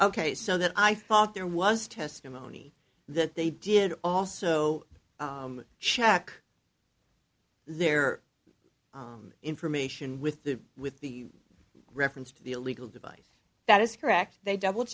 ok so that i thought there was testimony that they did also check their information with the with the reference to the illegal device that is correct they double